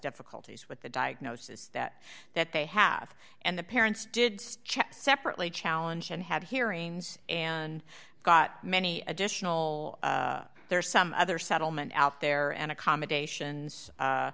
difficulties with the diagnosis that that they have and the parents did check separately challenge and had hearings and got many additional there are some other settlement out there and accommodations